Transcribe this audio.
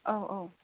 औ औ